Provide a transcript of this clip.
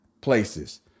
places